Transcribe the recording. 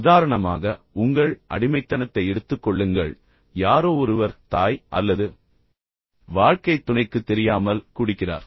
உதாரணமாக உங்கள் அடிமைத்தனத்தை எடுத்துக் கொள்ளுங்கள் யாரோ ஒருவர் தாய் அல்லது வாழ்க்கைத் துணைக்கு தெரியாமல் குடிக்கிறார்